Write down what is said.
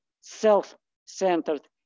self-centered